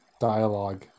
dialogue